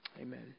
amen